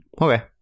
Okay